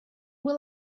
will